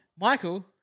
Michael